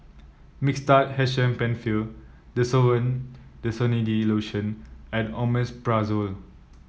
Mixtard H M Penfill Desowen Desonide Lotion and Omeprazole